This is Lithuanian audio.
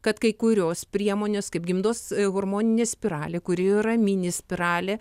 kad kai kurios priemonės kaip gimdos hormoninė spiralė kuri yra mini spiralė